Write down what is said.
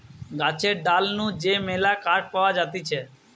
গাছের ডাল নু যে মেলা কাঠ পাওয়া যাতিছে